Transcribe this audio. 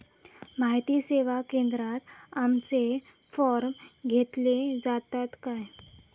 माहिती सेवा केंद्रात आमचे फॉर्म घेतले जातात काय?